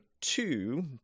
two